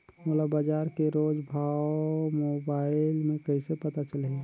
मोला बजार के रोज भाव मोबाइल मे कइसे पता चलही?